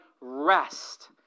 rest